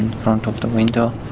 front of the window.